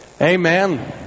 Amen